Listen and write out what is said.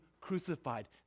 crucified